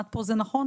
עד פה זה נכון?